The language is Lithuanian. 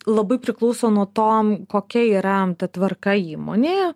labai priklauso nuo to kokia yra ta tvarka įmonėje